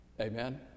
Amen